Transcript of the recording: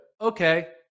Okay